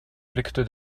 blickte